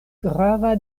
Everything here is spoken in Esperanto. grava